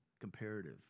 comparative